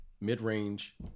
mid-range